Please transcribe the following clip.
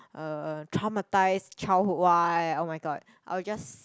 uh traumatised childhood one [oh]-my-god I will just